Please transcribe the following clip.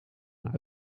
een